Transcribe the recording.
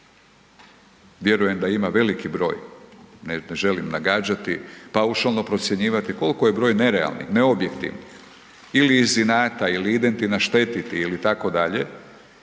Vjerujem da ima veliki broj, ne želim nagađati, paušalno procjenjivati koliko je broj nerealnih, neobjektivnih ili iz inata ili idem ti naštetiti itd.,